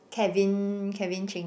Kevin Kevin-Cheng